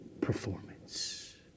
performance